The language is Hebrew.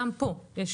גם פה יש